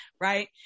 right